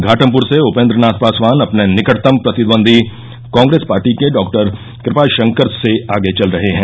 घाटमपुर से उपेन्द्र नाथ पासवान अपने निकटतम प्रतिद्वन्दी कॉग्रेस पार्टी के डॉक्टर कृपाशंकर से आगे चल रहे हैं